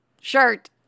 shirt